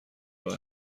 راه